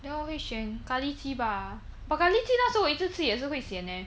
then 我会选咖喱鸡吧 but then 咖喱鸡那时候我一直吃也是会 sian leh